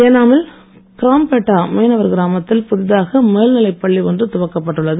ஏனாமில் கிராம்பேட்டா மீனவர் கிராமத்தில் புதிதாக மேல்நிலைப் பள்ளி ஒன்று துவக்கப்பட்டுள்ளது